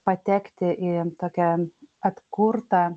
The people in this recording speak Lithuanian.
patekti į tokią atkurtą